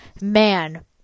man